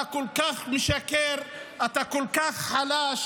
אתה כל כך משקר, אתה כל כך חלש,